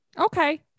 Okay